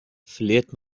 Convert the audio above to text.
verliert